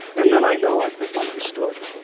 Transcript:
and then i know i've been understood.